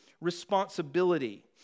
responsibility